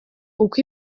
uko